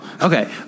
Okay